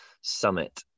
summit